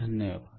धन्यवाद